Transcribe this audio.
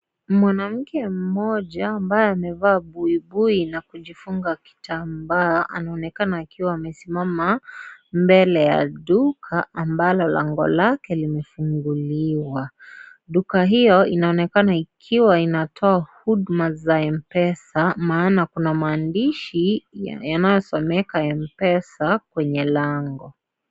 Mwanamke mmoja ambaye amevaa buibui na kujifunga kitambaa anaonekana akiwa amesimama mbele ya duka ambalo lango lake limefunguliwa, duka hiyo inaonekana ikiwa inatoa huduma za Mpesa maana kuna maandishi yanayosomeka Mpesa kwenye lango.